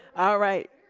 alright